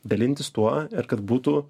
dalintis tuo ir kad būtų